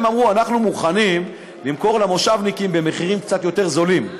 הם אמרו: אנחנו מוכנים למכור למושבניקים במחירים קצת יותר זולים.